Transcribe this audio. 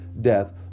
death